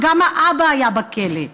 שגם האבא היה בכלא,